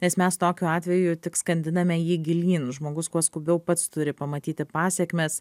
nes mes tokiu atveju tik skandiname jį gilyn žmogus kuo skubiau pats turi pamatyti pasekmes